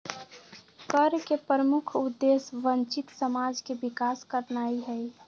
कर के प्रमुख उद्देश्य वंचित समाज के विकास करनाइ हइ